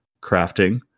crafting